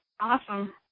Awesome